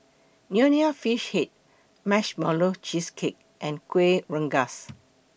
Nonya Fish Head Marshmallow Cheesecake and Kuih Rengas